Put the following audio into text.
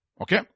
Okay